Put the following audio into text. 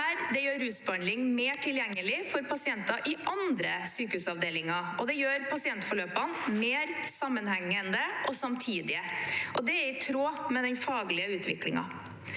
Dette gjør rusbehandling mer tilgjengelig for pasienter i andre sykehusavdelinger, og det gjør pasientforløpene mer sammenhengende og samtidige. Det er i tråd med den faglige utviklingen.